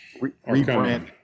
rebrand